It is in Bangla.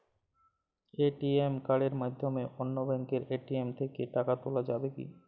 এ.টি.এম কার্ডের মাধ্যমে অন্য ব্যাঙ্কের এ.টি.এম থেকে টাকা তোলা যাবে কি?